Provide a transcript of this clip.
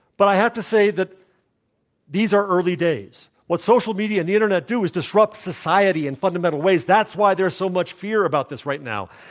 but i have to say that these are early days. what social media and the internet do is disrupt society in fundamental ways. that's why there's so much fear about this right now.